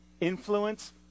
influence